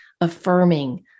affirming